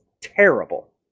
terrible